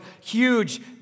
huge